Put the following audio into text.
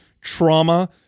trauma